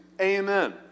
Amen